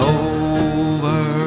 over